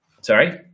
Sorry